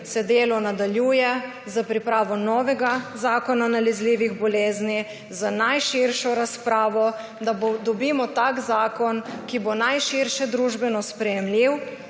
se delo nadaljuje s pripravo novega zakona o nalezljivih boleznih z najširšo razpravo, da dobimo tak zakon, ki bo najširše družbeno sprejemljiv,